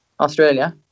Australia